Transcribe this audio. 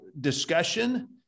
discussion